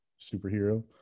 superhero